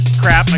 crap